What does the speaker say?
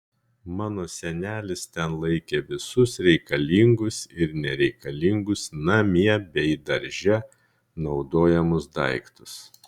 mano senelis ten laikė visus reikalingus ir nereikalingus namie bei darže naudojamus daiktus